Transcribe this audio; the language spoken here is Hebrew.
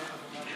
העבודה והרווחה.